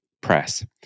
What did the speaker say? Press